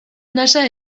nasa